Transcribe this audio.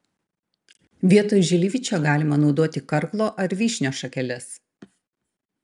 vietoj žilvičio galima naudoti karklo ar vyšnios šakeles